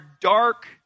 dark